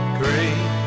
great